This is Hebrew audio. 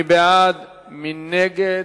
מי נגד?